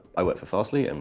i work for fastly. and